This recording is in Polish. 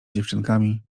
dziewczynkami